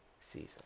season